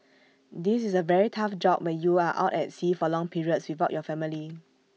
this is A very tough job where you are out at sea for long periods without your family